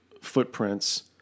footprints